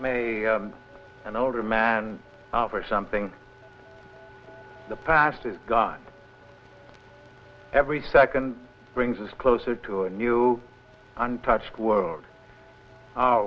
nation an older man or something the past is gone every second brings us closer to a new untouched world